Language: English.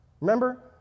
Remember